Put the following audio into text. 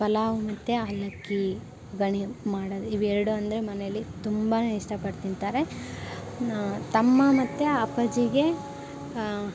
ಪಲಾವ್ ಮತ್ತು ಅವಲಕ್ಕಿ ಗಣಿ ಮಾಡೋದು ಇವು ಎರಡು ಅಂದರೆ ಮನೆಯಲ್ಲಿ ತುಂಬಾ ಇಷ್ಟಪಟ್ಟು ತಿಂತಾರೆ ತಮ್ಮ ಮತ್ತು ಅಪ್ಪಾಜಿಗೆ